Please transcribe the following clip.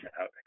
out